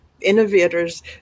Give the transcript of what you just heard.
innovators